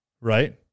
Right